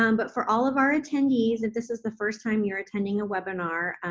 um but for all of our attendees, if this is the first time you are attending a webinar,